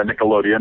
Nickelodeon